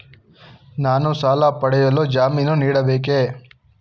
ನಾನು ಸಾಲ ಪಡೆಯಲು ಜಾಮೀನು ನೀಡಬೇಕೇ?